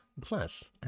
Plus